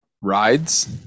Rides